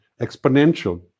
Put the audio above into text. exponential